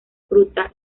fruta